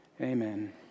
Amen